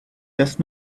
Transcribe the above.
does